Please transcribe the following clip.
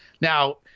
Now